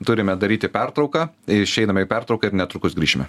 turime daryti pertrauką išeiname į pertrauką ir netrukus grįšime